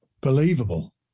believable